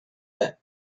that